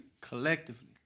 Collectively